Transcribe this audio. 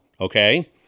okay